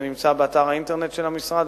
זה נמצא באתר האינטרנט של המשרד,